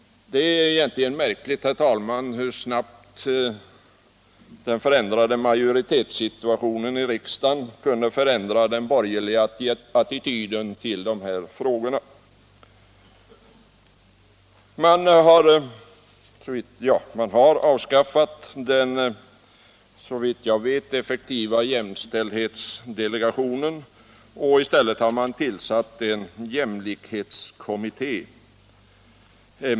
Det är egentligen märkligt, herr talman, hur snabbt den ändrade majoritetsituationen i riksdagen kunde förändra den borgerliga attityden till dessa frågor. Man har avskaffat den såvitt jag vet effektiva jämställdhetsdelegationen och i stället tillsatt en jämlikhetskommitté.